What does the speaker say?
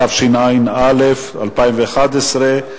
התשע"א 2011,